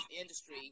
industry